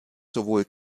sowohl